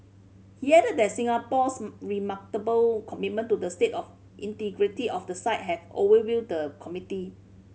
he added that Singapore's remarkable commitment to the state of integrity of the site has overwhelmed the committee